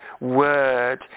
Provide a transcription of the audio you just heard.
word